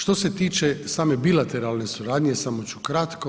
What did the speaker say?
Što se tiče same bilateralne suradnje samo ću kratko.